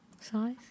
size